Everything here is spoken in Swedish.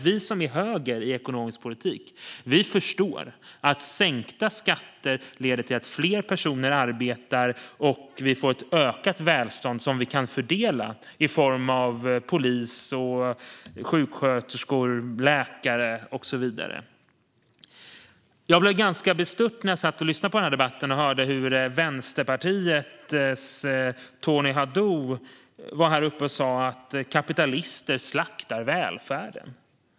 Vi som är höger i ekonomisk politik förstår att sänkta skatter leder till att fler personer arbetar och att vi får ett ökat välstånd som vi kan fördela i form av poliser, sjuksköterskor, läkare och så vidare. Jag blev ganska bestört när jag satt och lyssnade på debatten och hörde Vänsterpartiets Tony Haddou säga i talarstolen att kapitalister slaktar välfärden.